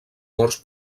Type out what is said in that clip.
morts